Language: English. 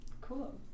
Cool